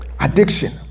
Addiction